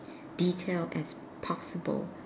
detail as possible